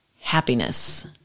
happiness